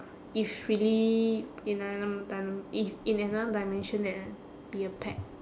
if really in another dimen~ if in another dimension that I'll be a pet